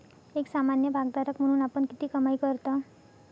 एक सामान्य भागधारक म्हणून आपण किती कमाई करता?